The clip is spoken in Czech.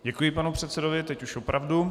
Děkuji panu předsedovi teď už opravdu.